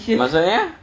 maksudnya